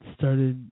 started